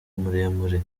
muremure